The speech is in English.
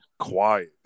Quiet